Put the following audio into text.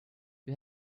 you